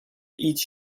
each